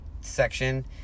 section